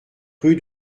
rue